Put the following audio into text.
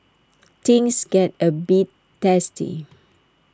things get A bit testy